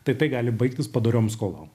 taip tai gali baigtis padorioms skolom